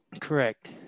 Correct